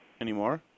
anymore